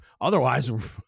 otherwise